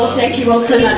thank you all so much